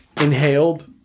inhaled